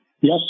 Yes